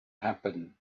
happen